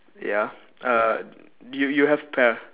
ya uh do you you have pear